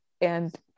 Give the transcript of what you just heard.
and-